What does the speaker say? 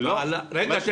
------ לא --- רגע,